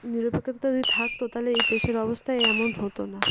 নিরপেক্ষতা যদি থাকতো তাহলে এই দেশের অবস্থা এমন হতো না